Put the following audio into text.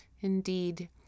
Indeed